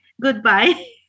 Goodbye